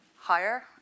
higher